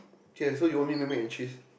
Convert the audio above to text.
K so you want me make mac and cheese